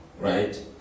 Right